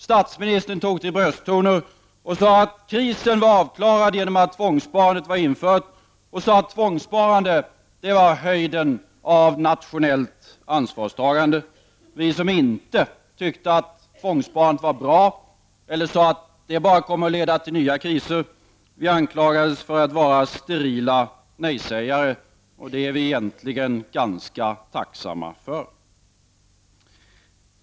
Statsministern tog till brösttoner och sade att krisen var avklarad genom införandet av tvångssparandet. Han sade att tvångssparandet var höjden av nationellt ansvarstagande. Vi som inte tyckte att tvångssparandet var bra och sade att det bara kommer att leda till nya kriser, anklagades för att vara sterila nej-sägare. Det är vi egentligen ganska tacksamma för.